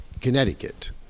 Connecticut